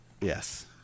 Yes